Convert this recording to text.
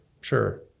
sure